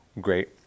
great